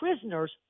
prisoners